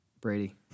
Brady